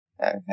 Okay